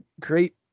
Great